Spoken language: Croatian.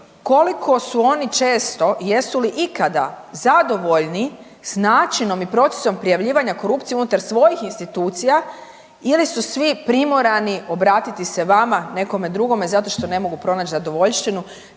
koliko su oni često i jesu li ikada zadovoljni s načinom i procesom prijavljivanja korupcije unutar svojih institucija ili su svi primorani obratiti se vama, nekome drugome zato što ne mogu pronaći zadovoljštinu